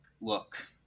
look